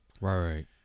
Right